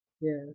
Yes